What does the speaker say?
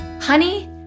honey